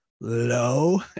low